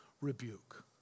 rebuke